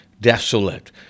desolate